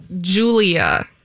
Julia